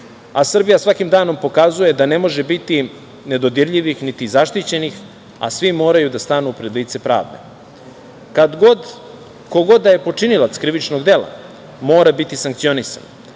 a Srbija svakim danom pokazuje da ne može biti nedodirljivih niti zaštićenih, a svi moraju da stanu pred lice pravde. Kad god, ko god da je počinilac krivičnog dela, mora biti sankcionisan.